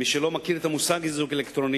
מי שלא מכיר את המושג איזוק אלקטרוני,